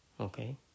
Okay